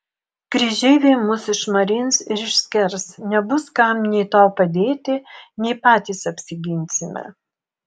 kryžeiviai mus išmarins ir išskers nebus kam nei tau padėti nei patys apsiginsime